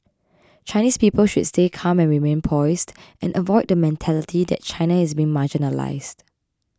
Chinese people should stay calm and remain poised and avoid the mentality that China is being marginalised